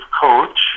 coach